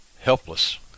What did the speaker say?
helpless